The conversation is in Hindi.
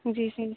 जी